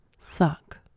suck